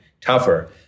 tougher